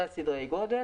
אלה סדרי הגודל.